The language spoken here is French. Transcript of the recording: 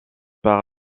par